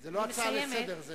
זה לא הצעה לסדר-היום,